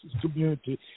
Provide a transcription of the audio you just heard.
community